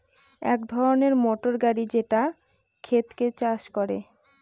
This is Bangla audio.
এক ধরনের মোটর গাড়ি যেটা ক্ষেতকে চাষ করে